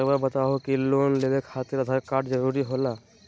रौआ बताई की लोन लेवे खातिर आधार कार्ड जरूरी होला?